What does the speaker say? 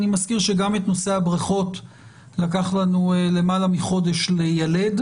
אני מזכיר שגם את נושא הבריכות לקח לנו למעלה מחודש ליילד,